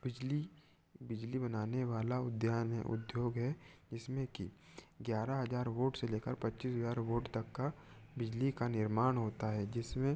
बिजली बिजली बनाने वाला उद्यान है उद्योग है इसमें कि ग्यारह हज़ार वोट से ले कर पच्चीस हज़ार वोट तक की बिजली का निर्माण होता है जिसमें